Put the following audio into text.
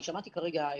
אני שמעתי כרגע,